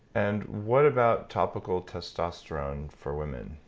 and what about topical testosterone for women?